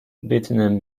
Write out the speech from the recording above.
بتونم